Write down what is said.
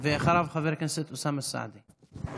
אחריו, חבר הכנסת אוסאמה סעדי.